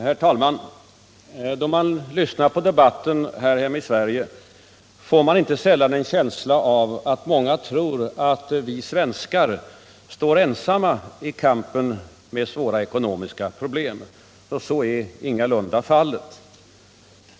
Herr talman! Då man lyssnar på debatten här hemma i Sverige får man inte sällan en känsla av att många tror att vi svenskar står ensamma i kampen med svåra ekonomiska problem. Så är ingalunda fallet.